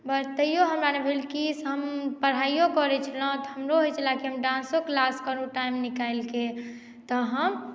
but तैयो हमरा नहि भेल कि से हम पढ़ाइयो करैत छलहुँ तऽ हमरो होइत छले जे हम डांसो क्लास करू टाइम निकालिके तऽ हम